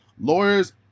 Lawyers